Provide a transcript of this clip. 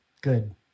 good